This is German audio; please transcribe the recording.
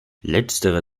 letztere